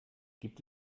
gibt